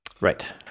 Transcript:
right